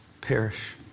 perish